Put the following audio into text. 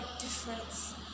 difference